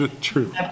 True